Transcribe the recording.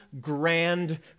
grand